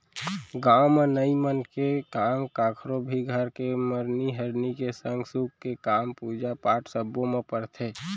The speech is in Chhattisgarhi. गाँव म नाई मन के काम कखरो भी घर के मरनी हरनी के संग सुख के काम, पूजा पाठ सब्बो म परथे